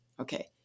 okay